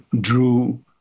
drew